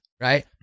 right